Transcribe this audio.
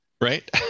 Right